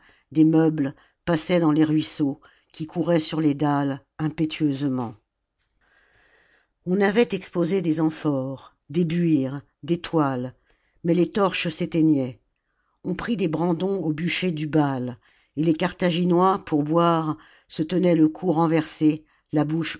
des meubles passaient dans les ruisseaux qui couraient sur les dalles impétueusement on avait exposé des amphores des buires des toiles mais les torches s'éteignaient on prit des brandons au bûcher du baal et les carthaginois pour boire se tenaient le cou renversé la bouche